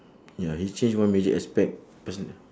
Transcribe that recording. ya if change one major aspect personal